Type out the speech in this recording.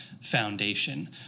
foundation